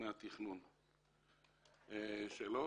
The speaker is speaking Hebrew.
מהתכנון שלו,